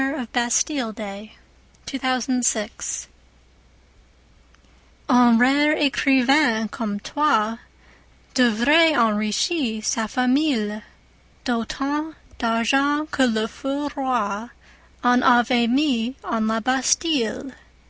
comme toi devrait enrichir sa famille d'autant d'argent que le feu roi en avait mis en la bastille